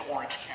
Orange